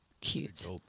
cute